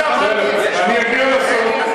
אני אגיע לזה.